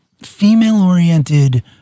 female-oriented